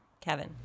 Kevin